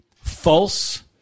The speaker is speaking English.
false